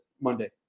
Monday